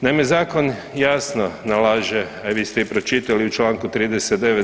Naime, zakon jasno nalaže, a i vi ste i pročitali u čl. 39.